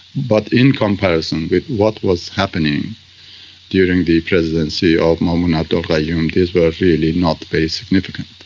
but in comparison with what was happening during the presidency of maumoon abdul gayoom, these were really not very significant.